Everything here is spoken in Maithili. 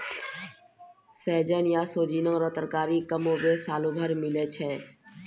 सहजन या सोजीना रो तरकारी कमोबेश सालो भर मिलै छै